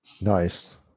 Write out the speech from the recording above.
Nice